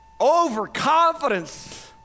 Overconfidence